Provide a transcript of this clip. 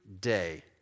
day